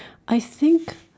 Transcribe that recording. I think